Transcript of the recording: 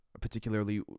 particularly